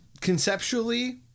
Conceptually